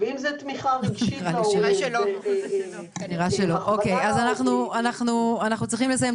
אם זאת תמיכה רגשית להורים --- אנחנו צריכים לסיים,